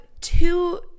two